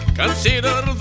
consider